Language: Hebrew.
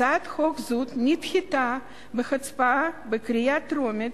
הצעת חוק זאת נדחתה בהצבעה בקריאה טרומית